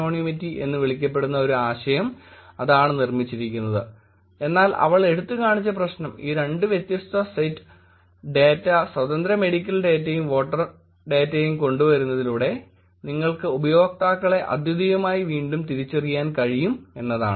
k anonymity എന്ന് വിളിക്കപ്പെടുന്ന ഒരു ആശയം അതാണ് നിർമ്മിച്ചിരിക്കുന്നത് എന്നാൽ അവൾ എടുത്തുകാണിച്ച പ്രശ്നം ഈ രണ്ട് വ്യത്യസ്ത സെറ്റ് ഡാറ്റ സ്വതന്ത്ര മെഡിക്കൽ ഡാറ്റയും വോട്ടർ ഡാറ്റയും കൊണ്ടുവരുന്നതിലൂടെ നിങ്ങൾക്ക് ഉപയോക്താക്കളെ അദ്വിതീയമായി വീണ്ടും തിരിച്ചറിയാൻ കഴിയും എന്നതാണ്